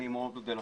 אני מאוד אודה לכם,